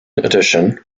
addition